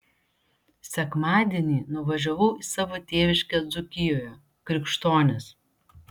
sekmadienį nuvažiavau į savo tėviškę dzūkijoje krikštonis